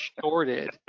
shorted